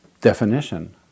definition